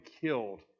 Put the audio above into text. killed